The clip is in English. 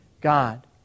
God